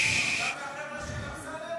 אתה מירוחם, גם מהחבר'ה של אמסלם?